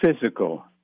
physical